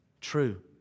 True